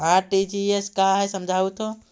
RTGS का है समझाहू तो?